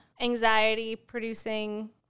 anxiety-producing